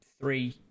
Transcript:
three